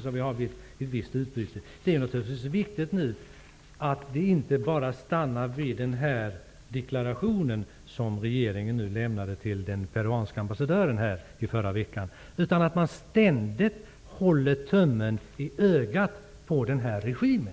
sker ett visst utbyte. Det är naturligtvis viktigt att det här arbetet inte bara stannar vid den deklaration som regeringen lämnade till den peruanska ambassadören i förra veckan. Man måste i fortsättningen ständigt hålla tummen i ögat på den här regimen.